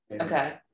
Okay